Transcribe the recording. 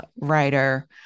Writer